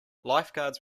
lifeguards